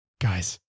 Guys